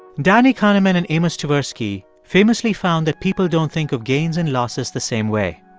danny kahneman and amos tversky famously found that people don't think of gains and losses the same way.